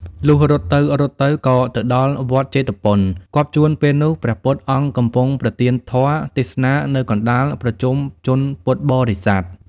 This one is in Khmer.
លុះរត់ទៅៗ ក៏ទៅដល់វត្តជេតពន គាប់ជួនពេលនោះ ព្រះពុទ្ធអង្គកំពុងប្រទានធម៌ ទេសនា នៅកណ្តាលប្រជុំជនពុទ្ធបរិស័ទ ។